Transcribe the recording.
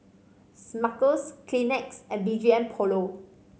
Smuckers Kleenex and B G M Polo